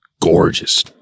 gorgeous